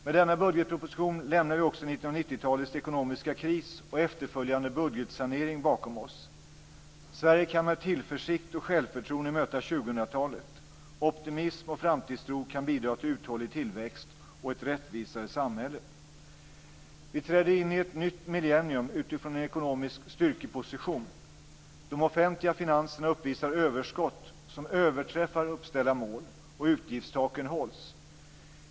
Med denna budgetproposition lämnar vi också 1990-talets ekonomiska kris och efterföljande budgetsanering bakom oss. Sverige kan med tillförsikt och självförtroende möta 2000-talet. Optimism och framtidstro kan bidra till uthållig tillväxt och ett rättvisare samhälle. Vi träder in i ett nytt millennium utifrån en ekonomisk styrkeposition. De offentliga finanserna uppvisar överskott som överträffar uppställda mål, och utgiftstaken hålls.